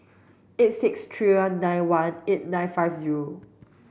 eight six three one nine one eight nine five zero